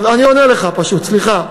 אני עונה לך פשוט, סליחה.